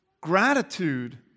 Gratitude